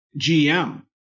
GM